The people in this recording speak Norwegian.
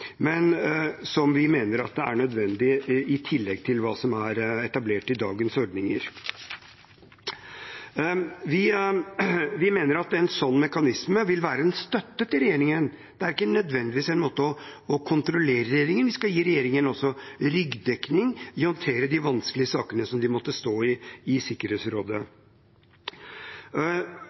som vi mener er nødvendig i tillegg til hva om er etablert i dagens ordninger. Vi mener at en sånn mekanisme vil være en støtte til regjeringen. Det er ikke nødvendigvis en måte å kontrollere regjeringen på. Vi skal gi regjeringen ryggdekning i håndteringen av de vanskelige sakene som de måtte stå i i